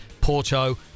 Porto